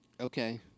Okay